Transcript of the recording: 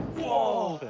whoa!